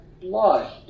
blood